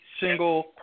single